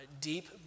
deep